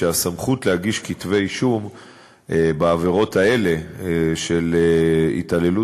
שהסמכות להגיש כתבי-אישום בעבירות האלה של התעללות